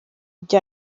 ibyo